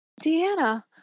Deanna